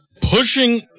pushing